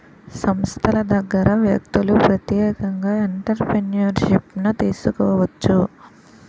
సంస్థల దగ్గర వ్యక్తులు ప్రత్యేకంగా ఎంటర్ప్రిన్యూర్షిప్ను తీసుకోవచ్చు